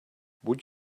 would